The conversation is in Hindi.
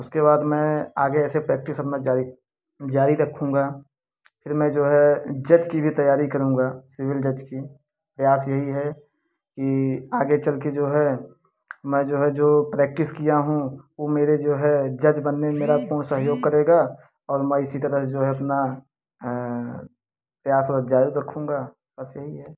उसके बाद मैं आगे ऐसे प्रैक्टिस अपना जारी जारी रखूँगा फिर मैं जो है जज कि भी तैयारी करूंगा सिविल जज कि प्रयास यही है कि आगे चल के जो है मैं जो है जो प्रैक्टिस किया हूँ वो मेरे जो है जज बनने में मेरा पूर्ण सहयोग करेगा और मैं इसी तरह से जो है अपना प्रयास और जारी रखूँगा बस यही है